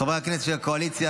חברי הכנסת של הקואליציה,